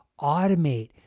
automate